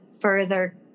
further